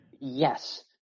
yes